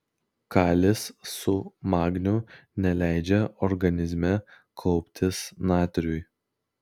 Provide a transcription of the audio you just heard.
kalis su magniu neleidžia organizme kauptis natriui